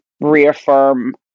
reaffirm